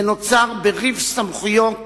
זה נוצר בריב סמכויות,